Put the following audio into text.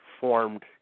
formed